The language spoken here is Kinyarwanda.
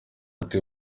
ati